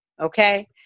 okay